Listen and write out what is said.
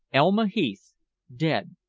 elma heath dead!